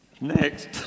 Next